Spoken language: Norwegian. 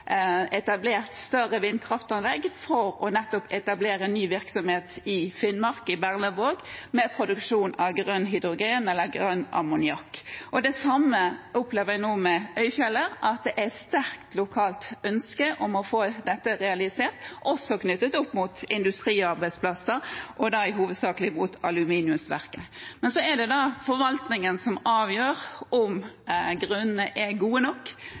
etablert større vindkraftanlegg for å etablere ny virksomhet i Berlevåg i Finnmark med produksjon av grønn hydrogen eller grønn ammoniakk. Det samme opplever jeg nå med Øyfjellet. Det er et sterkt lokalt ønske om å få dette realisert, også knyttet opp mot industriarbeidsplasser og i hovedsak aluminiumsverket. Det er forvaltningen som avgjør om grunnene er gode nok.